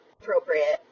appropriate